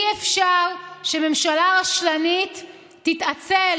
אי-אפשר שממשלה רשלנית תתעצל,